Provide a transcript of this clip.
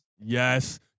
Yes